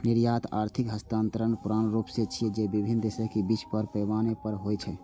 निर्यात आर्थिक हस्तांतरणक पुरान रूप छियै, जे विभिन्न देशक बीच बड़ पैमाना पर होइ छै